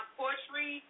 poetry